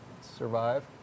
survive